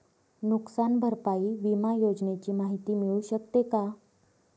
नुकसान भरपाई विमा योजनेची माहिती मिळू शकते का?